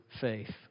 faith